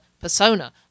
persona